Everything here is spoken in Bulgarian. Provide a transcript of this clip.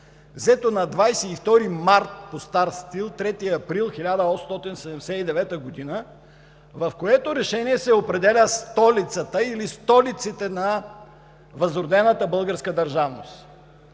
взето на 22 март, по стар стил – 3 април 1879 г., в което Решение се определя столицата, или столиците, на възродената българска държавност.